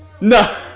no